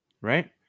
right